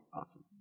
awesome